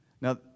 Now